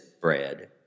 bread